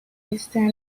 eastern